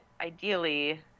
ideally